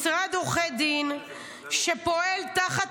משרד עורכי דין שפועל תחת